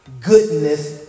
goodness